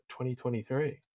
2023